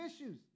issues